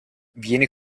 viene